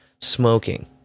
smoking